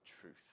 truth